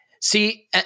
see